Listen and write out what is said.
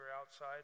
outside